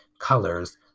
colors